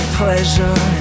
pleasure